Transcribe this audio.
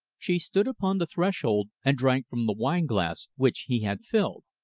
she stood upon the threshold and drank from the wineglass which he had filled.